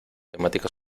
temática